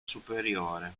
superiore